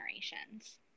generations